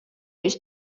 ist